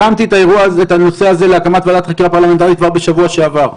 הרמתי את הנושא הזה להקמת ועדת חקירה פרלמנטרית כבר בשבוע שעבר.